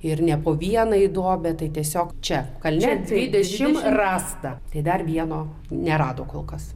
ir ne po vieną į duobę tai tiesiog čia kalne dvidešim rasta tai dar vieno nerado kol kas